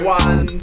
one